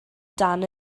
dan